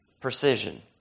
precision